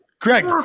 Greg